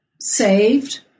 saved